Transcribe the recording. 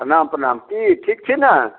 प्रणाम प्रणाम की ठीक छी ने